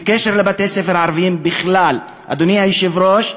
בקשר לבתי-ספר ערביים בכלל, אדוני היושב-ראש,